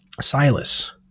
Silas